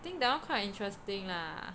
I think that one quite interesting lah